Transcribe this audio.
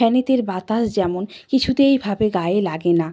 ফ্যানের বাতাস যেমন কিছুতেই ভাবে গায়ে লাগে না